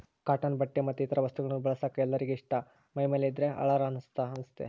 cotton ಬಟ್ಟೆ ಮತ್ತೆ ಇತರ ವಸ್ತುಗಳನ್ನ ಬಳಸಕ ಎಲ್ಲರಿಗೆ ಇಷ್ಟ ಮೈಮೇಲೆ ಇದ್ದ್ರೆ ಹಳಾರ ಅಂತ ಅನಸ್ತತೆ